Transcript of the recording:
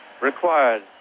required